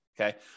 okay